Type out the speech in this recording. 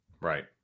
Right